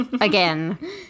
Again